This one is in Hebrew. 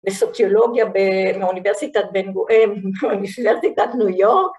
בסוציולוגיה מאוניברסיטת בן גור.., אה..., מאוניברסיטת ניו יורק.